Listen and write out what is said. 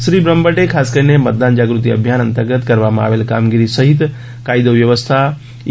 શ્રી બ્રહ્મભદ્દે ખાસ કરીને મતદાન જાગૃતિ અભિયાન અંતર્ગત કરવામાં આવેલ કામગીરી સહિત કાયદો વ્યનવસ્થાઇ